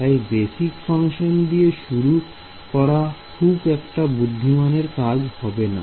তাই basic function দিয়ে শুরু করা খুব একটা বুদ্ধিমানের কাজ হবে না